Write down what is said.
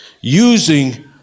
Using